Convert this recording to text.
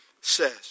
says